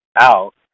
out